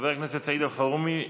חבר הכנסת סעיד אלחרומי,